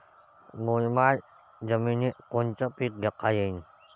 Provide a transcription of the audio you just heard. मुरमाड जमिनीत कोनचे पीकं घेता येईन?